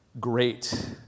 great